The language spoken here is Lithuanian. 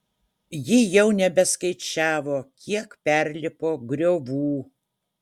ji jau nebeskaičiavo kiek perlipo griovų